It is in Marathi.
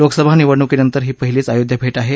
लोकसभा निवडणुकीनंतर ही पहिलीच अयोध्या भेट आहे